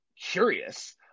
curious